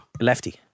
lefty